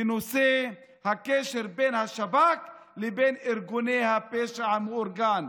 בנושא הקשר בין השב"כ לבין ארגוני הפשע המאורגן.